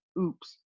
oops